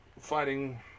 fighting